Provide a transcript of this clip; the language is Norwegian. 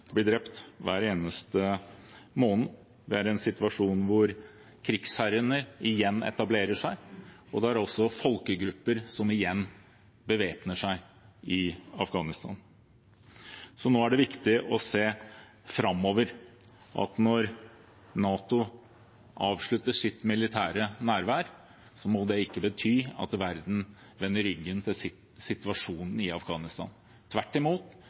blir drept hver eneste måned. Det er en situasjon hvor krigsherrene igjen etablerer seg, og det er også folkegrupper som igjen bevæpner seg i Afghanistan. Så nå er det viktig å se framover. Når NATO avslutter sitt militære nærvær, må det ikke bety at verden vender ryggen til situasjonen i Afghanistan. Tvert imot